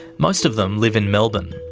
most of them live in melbourne.